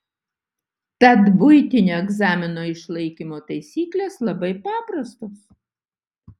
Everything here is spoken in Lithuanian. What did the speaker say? tad buitinio egzamino išlaikymo taisyklės labai paprastos